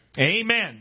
Amen